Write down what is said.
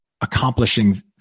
accomplishing